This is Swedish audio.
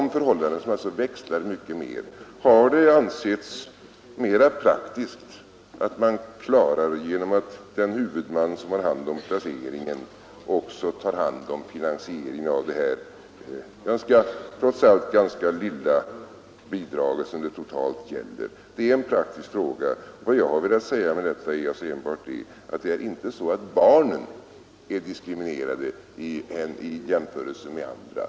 Förhållandena växlar alltså mycket mer i fråga om fosterbarn, och därför har det ansetts mera praktiskt att den huvudman som har hand om placeringen också tar hand om finansiering av det trots allt ganska lilla bidrag som det här gäller. Vad jag har velat säga är enbart att det inte är barnen som är diskriminerade i jämförelse med andra.